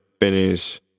finish